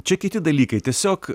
čia kiti dalykai tiesiog